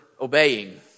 obeying